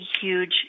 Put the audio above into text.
huge